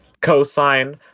cosine